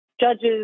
judges